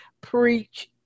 preach